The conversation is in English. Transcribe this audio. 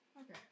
Okay